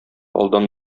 алдан